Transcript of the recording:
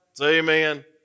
Amen